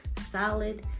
Solid